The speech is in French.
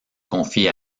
confie